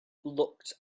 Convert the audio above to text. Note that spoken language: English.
looked